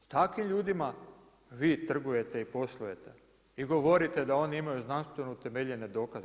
S takvim ljudima vi trgujete i poslujete i govorite da oni imaju znanstveno utemeljene dokaze.